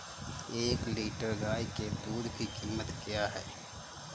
एक लीटर गाय के दूध की कीमत क्या है?